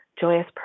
joyous